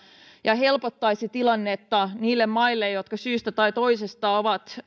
ja helpottaisivat tilannetta niille maille jotka syystä tai toisesta ovat